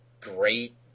great